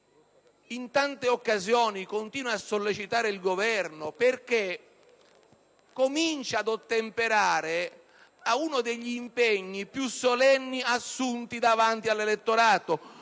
In tante occasioni continuo a sollecitare il Governo perché cominci ad ottemperare ad uno degli impegni più solenni assunti davanti all'elettorato,